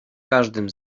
każdym